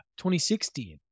2016